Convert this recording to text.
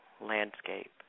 landscape